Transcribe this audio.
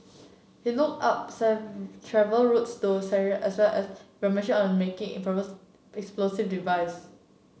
he looked up travel routes to Syria as well as information on making improvised explosive device